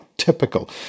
typical